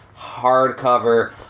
hardcover